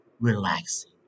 relaxing